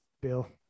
Bill